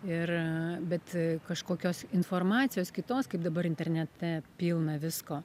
ir bet kažkokios informacijos kitos kaip dabar internete pilna visko